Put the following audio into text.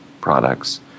products